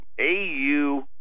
AU